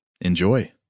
Enjoy